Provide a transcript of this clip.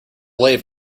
lathe